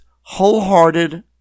wholehearted